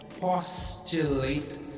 postulate